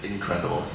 Incredible